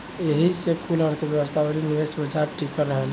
एही से कुल अर्थ्व्यवस्था अउरी निवेश बाजार टिकल रहेला